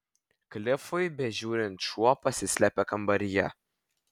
klifui bežiūrint šuo pasislėpė kambaryje